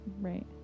Right